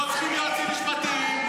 לא מצריכים יועצים משפטיים,